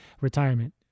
retirement